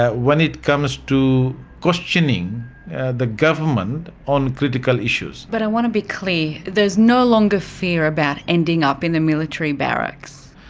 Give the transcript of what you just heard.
when it comes to questioning the government on critical issues. but i want to be clear, there is no longer fear about ending up in a military barracks?